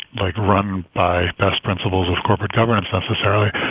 like, run by best principles of corporate governance necessarily.